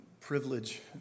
privilege